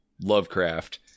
Lovecraft